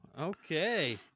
Okay